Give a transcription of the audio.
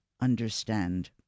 understand